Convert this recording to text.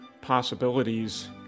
possibilities